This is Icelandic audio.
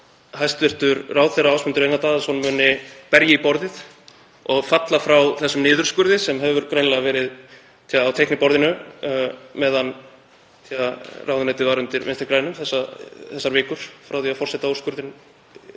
hæstv. ráðherra Ásmundur Einar Daðason muni berja í borðið og falla frá þessum niðurskurði sem hefur greinilega verið á teikniborðinu þegar ráðuneytið var undir Vinstri grænum, þessar vikur frá því að forsetaúrskurðurinn